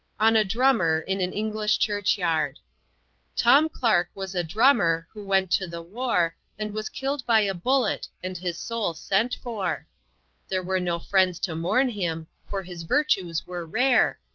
on a drummer, in an english church-yard tom clark was a drummer, who went to the war, and was killed by a bullet, and his soul sent for there were no friends to mourn him, for his virtues were rare,